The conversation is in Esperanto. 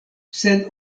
sed